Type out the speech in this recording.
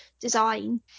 design